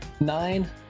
Nine